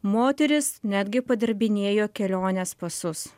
moterys netgi padirbinėjo kelionės pasus